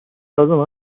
لازم